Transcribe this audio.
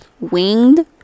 winged